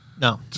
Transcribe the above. no